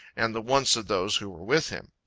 and the wants of those who were with him.